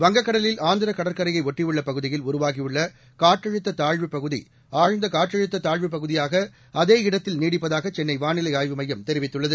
வங்கக்கடலில் ஆந்திரக் கடற்கரையை ஒட்டியுள்ள பகுதியில் உருவாகியுள்ள காற்றழுத்த தாழ்வுப்பகுதி ஆழ்ந்த காற்றழுத்த தாழ்வுப் பகுதியாக அதே இடத்தில் நீடிப்பதாக சென்னை வானிலை ஆய்வு மையம் தெரிவித்துள்ளது